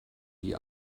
die